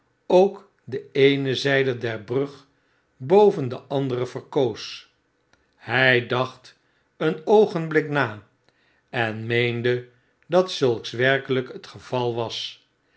ook de eene zjjde der brug boven de andere verkoos hy dacht een oogenblik na en meende dat zulks werkeljjk het geval was